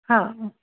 हां